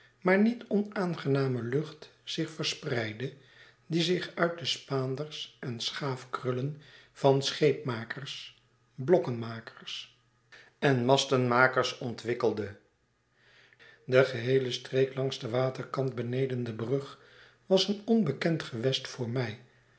bijzondere maarniet onaangename lucht zich verspreidde die zich uit de spaanders en schaafkrullen van scheepmakers blokkenmakers en mastenmakers ontwikkelde de geheele streek langs den waterkant beneden de brug was een onbekend gewest voor mij